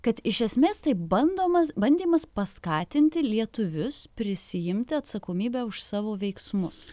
kad iš esmės tai bandomas bandymas paskatinti lietuvius prisiimti atsakomybę už savo veiksmus